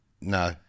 no